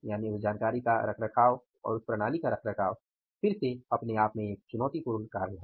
यानि उस जानकारी का रख रखाव और उस प्रणाली का रखरखाव फिर से अपने आप में एक चुनौतीपूर्ण कार्य है